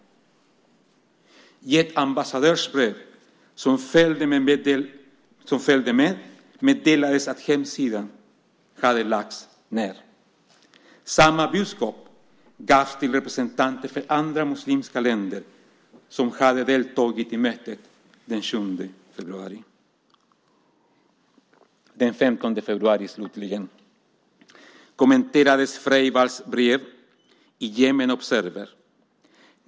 I ett ambassadörsbrev som följde med meddelades att hemsidan hade lagts ned. Samma budskap gavs till representanter för andra muslimska länder som hade deltagit i mötet den 7 februari. Den 15 februari, slutligen, kommenterades Freivalds brev i Yemen Observer.